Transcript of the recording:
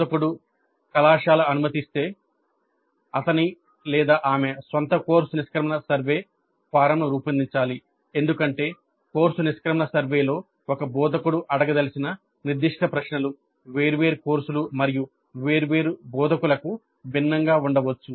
బోధకుడు కళాశాల అనుమతిస్తే అతని ఆమె సొంత కోర్సు నిష్క్రమణ సర్వే ఫారమ్ను రూపొందించాలి ఎందుకంటే కోర్సు నిష్క్రమణ సర్వేలో ఒక బోధకుడు అడగదలిచిన నిర్దిష్ట ప్రశ్నలు వేర్వేరు కోర్సులు మరియు వేర్వేరు బోధకులకు భిన్నంగా ఉండవచ్చు